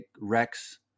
Rex